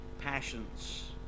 passions